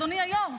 אדוני היו"ר,